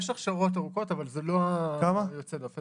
יש הכשרות ארוכות אבל זה יוצא הדופן.